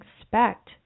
expect